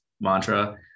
mantra